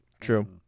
True